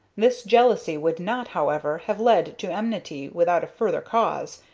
this jealousy would not, however, have led to enmity without a further cause,